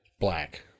Black